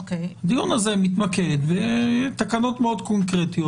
הדיון הזה מתמקד בתקנות מאוד קונקרטיות,